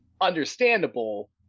understandable